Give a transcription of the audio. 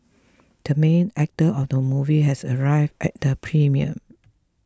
the main actor of the movie has arrived at the premiere